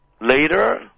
later